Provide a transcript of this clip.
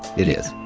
it is.